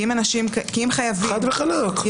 חד וחלק.